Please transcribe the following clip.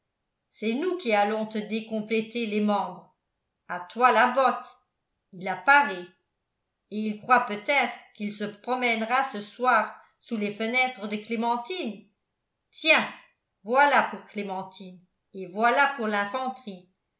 c'est nous qui allons te décompléter les membres à toi la botte il l'a parée et il croit peut-être qu'il se promènera ce soir sous les fenêtres de clémentine tiens voilà pour clémentine et voilà pour l'infanterie